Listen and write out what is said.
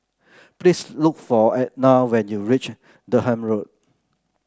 please look for Etna when you reach Durham Road